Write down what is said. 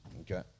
Okay